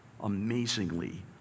amazingly